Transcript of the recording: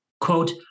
quote